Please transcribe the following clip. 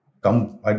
Come